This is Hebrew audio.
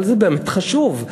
אבל זה באמת חשוב.